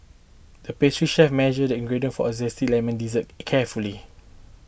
the pastry chef measured ingredient for a Zesty Lemon Dessert carefully